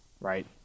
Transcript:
Right